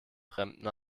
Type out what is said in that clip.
fremden